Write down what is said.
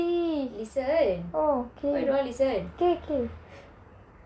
listen why you don't want listen